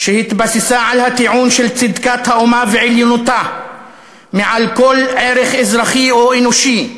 שהתבססה על הטיעון של צדקת האומה ועליונותה מעל כל ערך אזרחי או אנושי,